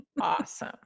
awesome